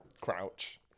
crouch